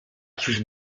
czuć